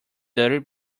dirty